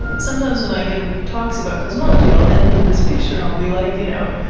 sometimes when i give talks about cosmology i'll end with this picture, and i'll be like, you know,